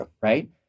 right